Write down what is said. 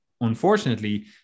unfortunately